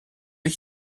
ich